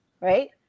right